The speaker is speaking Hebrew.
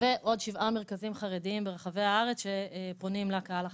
ועוד שבעה מרכזים חרדיים ברחבי הארץ שפונים לקהל החרדי.